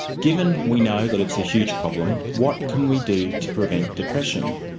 given we know that it's a huge problem, what can we do to prevent depression?